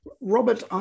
Robert